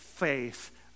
faith